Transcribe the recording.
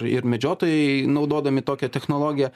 ir medžiotojai naudodami tokią technologiją